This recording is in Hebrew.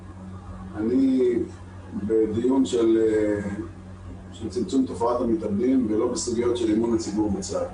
אני בדיון של צמצום תופעת המתאבדים ולא בסוגיות של אמון הציבור בצה"ל.